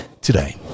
today